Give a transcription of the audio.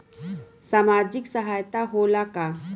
सामाजिक सहायता होला का?